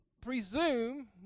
presume